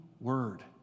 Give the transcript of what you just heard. word